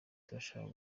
turashaka